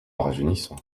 rajeunissant